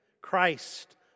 Christ